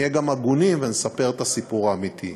נהיה גם הגונים ונספר את הסיפור האמיתי.